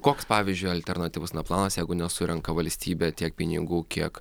koks pavyzdžiui alternatyvus na planas jeigu nesurenka valstybė tiek pinigų kiek